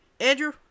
Andrew